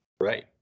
Right